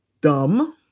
dumb